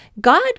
God